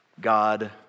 God